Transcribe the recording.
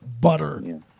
butter